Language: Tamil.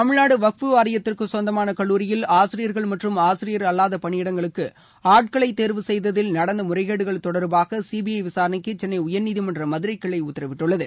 தமிழ்நாடு வக்ஃப் வாரியத்திற்கு சொந்தமான கல்லூரியில் ஆசிரியர்கள் மற்றும் ஆசிரியர் அல்லாத பணியிடங்களுக்கு ஆட்களை தேர்வு செய்ததில் நடந்த முறைகேடுகள் தொடர்பாக சி பி ஐ விசாரணைக்கு சென்னை உயர்நீதிமன்ற மதுரை கிளை உத்தரவிட்டுள்ளது